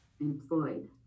employed